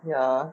ya